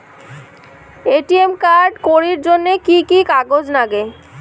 ATM card করির জন্যে কি কি কাগজ নাগে?